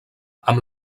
amb